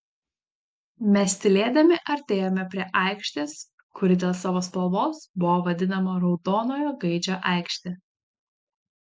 mes tylėdami artėjome prie aikštės kuri dėl savo spalvos buvo vadinama raudonojo gaidžio aikšte